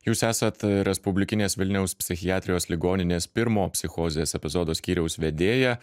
jūs esat respublikinės vilniaus psichiatrijos ligoninės pirmo psichozės epizodo skyriaus vedėja